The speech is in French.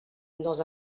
dans